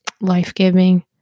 life-giving